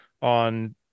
on